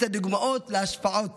את הדוגמאות להשפעות